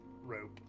rope